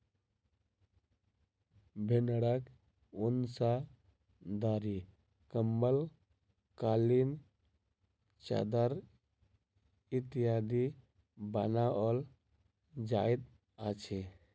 भेंड़क ऊन सॅ दरी, कम्बल, कालीन, चद्दैर इत्यादि बनाओल जाइत अछि